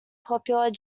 popular